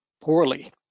poorly